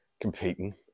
competing